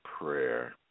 prayer